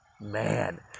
man